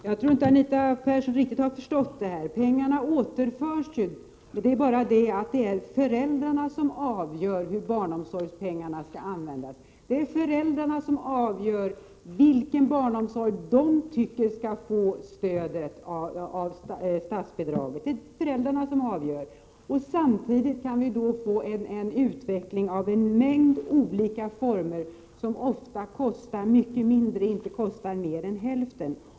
Herr talman! Jag tror inte att Anita Persson riktigt har förstått det här. Pengarna återförs ju, men det är föräldrarna som avgör hur barnomsorgspengarna skall användas. Det är föräldrarna som avgör vilken barnomsorg de tycker skall få stöd av statsbidraget. Samtidigt kan vi få en utveckling av en mängd olika former av barnomsorg som ofta kostar mycket mindre, kanske inte mer än hälften.